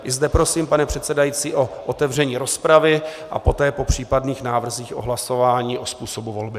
I zde prosím, pane předsedající, o otevření rozpravy a poté po případných návrzích o hlasování o způsobu volby.